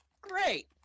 Great